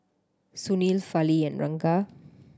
Sunil Fali and Ranga